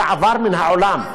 זה עבר מן העולם.